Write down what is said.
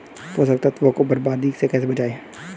पोषक तत्वों को बर्बादी से कैसे बचाएं?